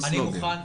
לא סלוגן.